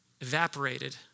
evaporated